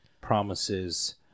promises